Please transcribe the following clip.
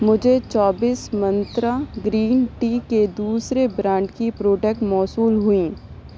مجھے چوبیس Myntra green tea کے دوسرے برانڈ کی پروڈکٹ موصول ہوئی